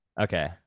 Okay